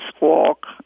walk